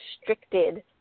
restricted